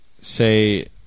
say